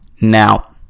Now